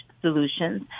solutions